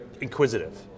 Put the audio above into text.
inquisitive